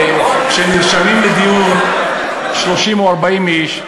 כשנרשמים לדיון 30 או 40 איש,